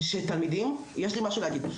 יש לי משהו להגיד,